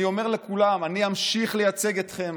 אני אמשיך לייצג אתכם,